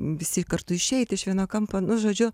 visi kartu išeit iš vieno kampo nu žodžiu